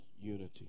unity